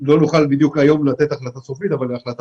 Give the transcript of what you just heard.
שלא נוכל היום לתת החלטה סופית אבל החלטה